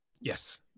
Yes